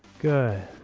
good